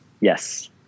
yes